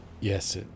Yes